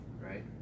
right